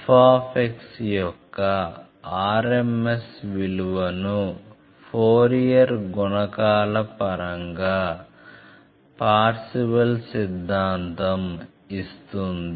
f యొక్క rms విలువను Fourier గుణకాల పరంగా పార్శివల్ సిద్ధాంతం ఇస్తుంది